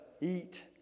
eat